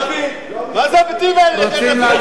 מה זה הביטויים האלה, אדוני